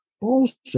bullshit